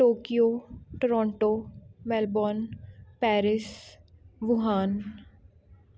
Tokyo Toronto Melbourne Paris Wuhan